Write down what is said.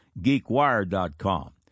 GeekWire.com